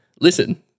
Listen